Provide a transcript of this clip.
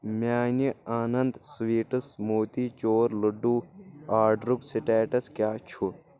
میانہِ Anand sweets motichoor laddoo آڈرُک status کیٚاہ چھ؟